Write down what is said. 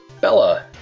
Bella